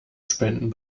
spenden